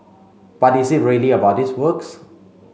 but is it really about these works